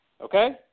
Okay